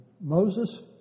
Moses